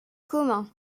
commun